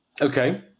Okay